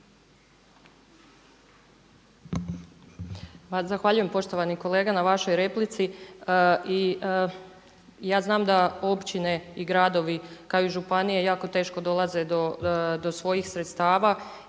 Zahvaljujem poštovani kolega na vašoj replici i ja znam da općine i gradovi kao i županije jako teško dolaze do svojih sredstava.